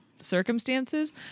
circumstances